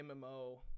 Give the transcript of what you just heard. MMO